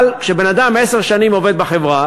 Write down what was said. אבל כשבן-אדם עשר שנים עובד בחברה